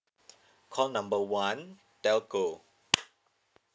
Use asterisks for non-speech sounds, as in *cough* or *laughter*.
call number one telco *noise*